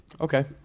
Okay